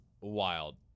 wild